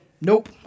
Nope